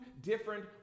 different